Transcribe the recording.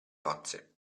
nozze